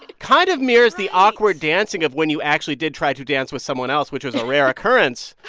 kind of mirrors the awkward dancing of when you actually did try to dance with someone else, which was a rare occurrence.